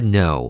no